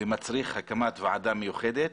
הקמת ועדה מיוחדת,